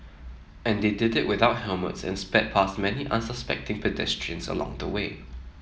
and they did it without helmets and sped past many unsuspecting pedestrians along the way